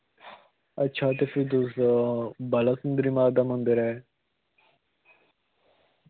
अच्छा ते फिर तुस बाला सुंदरी माता दा मंदर ऐ